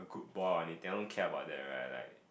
ball out they don't care about that right like